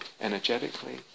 energetically